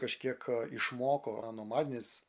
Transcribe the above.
kažkiek išmoko anomadinės